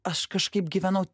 aš kažkaip gyvenau